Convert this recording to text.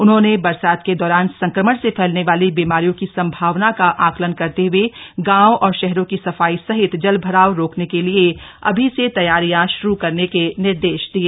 उन्होंने बरसात के दौरान संक्रमण से फैलने वाली बीमारियों की संभावना का आंकलन करते हुए गांव और शहरों की सफाई सहित जल भराव रोकने के लिए अभी से तैयारियां शुरू करने के निर्देश दिये